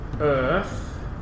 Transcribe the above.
earth